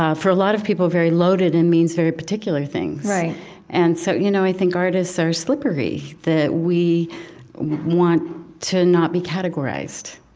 ah for a lot of people, very loaded, and means very particular things right and, so, you know, i think artists are slippery, that we want to not be categorized,